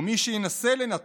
ומי שינסה לנתקו,